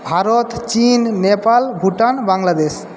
ভারত চিন নেপাল ভুটান বাংলাদেশ